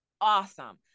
awesome